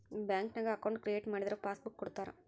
ಬ್ಯಾಂಕ್ನ್ಯಾಗ account create ಮಾಡಿದರ passbook ಕೊಡ್ತಾರಾ